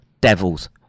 devils